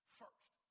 first